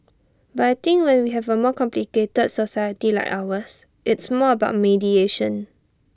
but I think when we have A more complicated society like ours it's more about mediation